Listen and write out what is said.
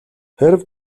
хэрэв